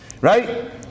Right